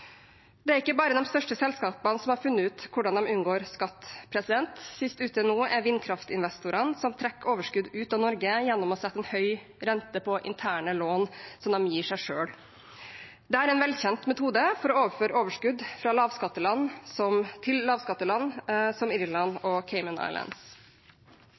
Det er ikke bare de største selskapene som har funnet ut hvordan de unngår skatt. Sist ut nå er vindkraftinvestorene, som trekker overskudd ut av Norge gjennom å sette en høy rente på interne lån som de gir seg selv. Dette er en velkjent metode for å overføre overskudd til lavskattland som